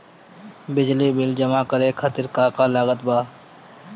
बिजली बिल जमा करे खातिर का का लागत बा?